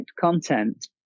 content